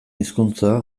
hizkuntza